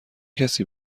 کسی